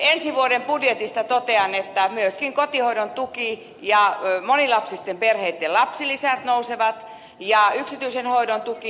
ensi vuoden budjetista totean että myöskin kotihoidon tuki ja monilapsisten perheitten lapsilisät nousevat ja yksityisen hoidon tuki